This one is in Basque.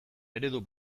eredu